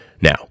Now